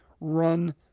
run